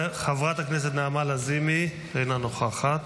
חברת הכנסת נעמה לזימי, אינה נוכחת,